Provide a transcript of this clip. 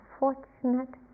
fortunate